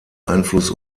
einfluss